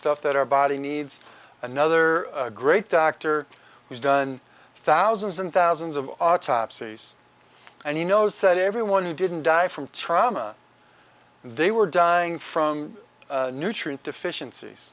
stuff that our body needs another great doctor who's done thousands and thousands of autopsies and he knows that everyone who didn't die from trauma and they were dying from nutrient deficiencies